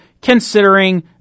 considering